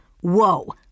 Whoa